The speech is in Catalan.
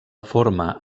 forma